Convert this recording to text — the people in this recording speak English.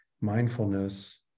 mindfulness